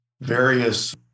various